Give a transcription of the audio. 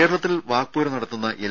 കേരളത്തിൽ വാക്പോര് നടത്തുന്ന എൽ